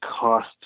cost